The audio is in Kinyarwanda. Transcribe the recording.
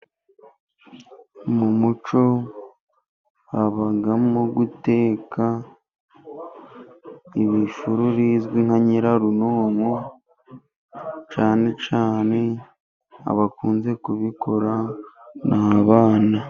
Mu muco habamo guteka ibifuru bizwi nka nyirarunonko, cyane cyane abakunze kubikora ni abana.